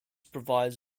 provides